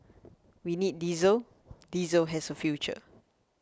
we need diesel diesel has a future